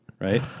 right